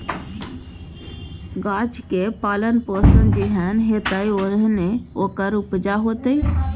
गाछक पालन पोषण जेहन हेतै ओहने ओकर उपजा हेतै